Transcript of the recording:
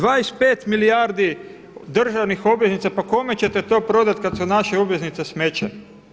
25 milijardi državnih obveznica pa kome ćete to prodati kad su naše obveznice smeće?